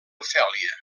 ofèlia